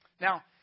Now